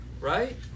Right